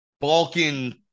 Balkan